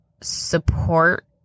support